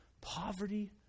poverty